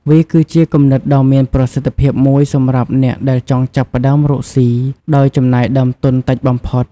វាគឺជាគំនិតដ៏មានប្រសិទ្ធភាពមួយសម្រាប់អ្នកដែលចង់ចាប់ផ្តើមរកស៊ីដោយចំណាយដើមទុនតិចបំផុត។